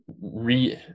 re